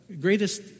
greatest